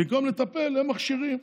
במקום לטפל הם מכשירים.